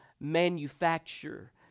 manufacture